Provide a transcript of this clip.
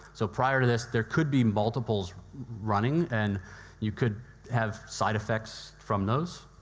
so prior to this, there could be multiple running, and you could have side effects from those.